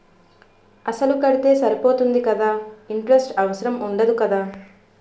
అసలు కడితే సరిపోతుంది కదా ఇంటరెస్ట్ అవసరం ఉండదు కదా?